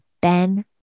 Ben